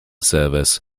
service